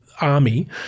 army